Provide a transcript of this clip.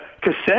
cassette